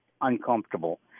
uncomfortable